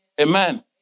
Amen